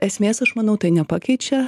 esmės aš manau tai nepakeičia